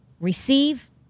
receive